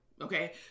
Okay